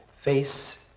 face